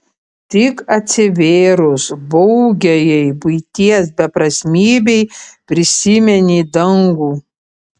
tik atsivėrus baugiajai buities beprasmybei prisimeni dangų